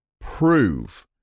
prove